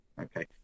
okay